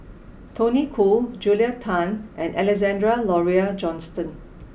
Tony Khoo Julia Tan and Alexander Laurie Johnston